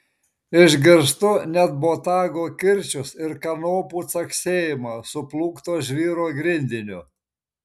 išgirstu net botago kirčius ir kanopų caksėjimą suplūkto žvyro grindiniu